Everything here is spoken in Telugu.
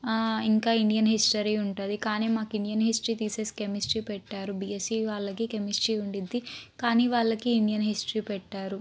ఇంకా ఇండియన్ హిస్టరీ ఉంటుంది కానీ మాకు ఇండియన్ హిస్టరీ తీసేసి కెమిస్ట్రీ పెట్టారు బిఎస్సి వాళ్ళకి కెమిస్ట్రీ ఉంటుంది కానీ వాళ్ళకి ఇండియన్ హిస్టరీ పెట్టారు